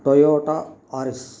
Toyota RS